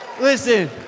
Listen